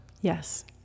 yes